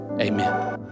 amen